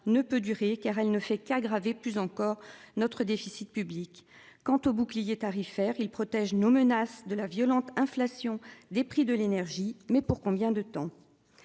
ne peut durer car elle ne fait qu'aggraver plus encore notre déficit public quant au bouclier tarifaire il protège nos menace de la violente inflation des prix de l'énergie mais pour combien de temps.